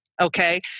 Okay